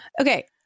Okay